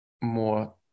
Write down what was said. more